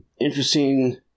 interesting